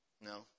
No